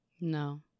no